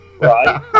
Right